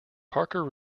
parker